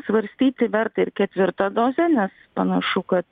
svarstyti verta ir ketvirtą dozę nes panašu kad